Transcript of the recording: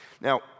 Now